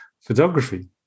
photography